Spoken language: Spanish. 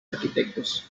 arquitectos